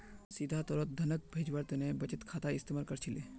सीधा तौरत धनक भेजवार तने बचत खातार इस्तेमाल कर छिले